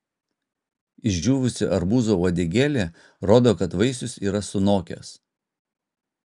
išdžiūvusi arbūzo uodegėlė rodo kad vaisius yra sunokęs